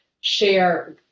share